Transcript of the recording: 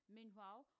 Meanwhile